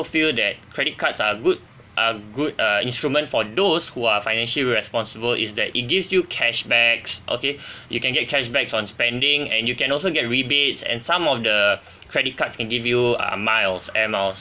feel that credit cards are good err good uh instrument for those who are financially responsible is that it gives you cashbacks okay you can get cashback on spending and you can also get rebates and some of the credit cards can give you uh miles air miles